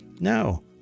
no